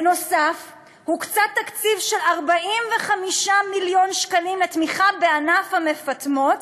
נוסף על כך הוקצה תקציב של 45 מיליון שקלים לתמיכה בענף המפטמות,